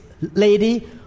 lady